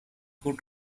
could